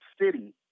city